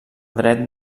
dret